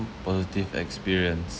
positive experience